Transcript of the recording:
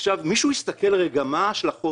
עכשיו, מישהו בדק מה ההשלכות